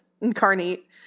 incarnate